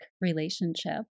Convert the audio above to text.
relationship